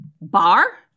Bar